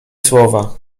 słowa